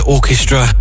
Orchestra